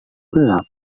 gelap